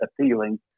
appealing